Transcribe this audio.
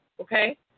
okay